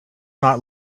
not